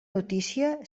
notícia